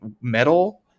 metal